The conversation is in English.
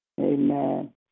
Amen